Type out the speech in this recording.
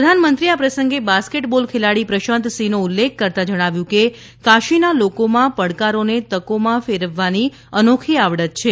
પ્રધાનમંત્રીએ આ પ્રસંગે બાસ્કેટબોલ ખેલાડી પ્રશાંતસિંહનો ઉલ્લેખ કરતાં જણાવ્યું કે કાશીના લોકોમાં પડકારોને તકોમાં ફેરવવાની અનોખી આવડત છે